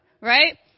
Right